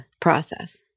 process